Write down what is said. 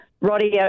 Roddy